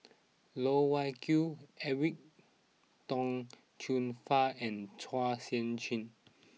Loh Wai Kiew Edwin Tong Chun Fai and Chua Sian Chin